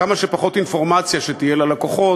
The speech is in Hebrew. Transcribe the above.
כמה שפחות אינפורמציה שתהיה ללקוחות,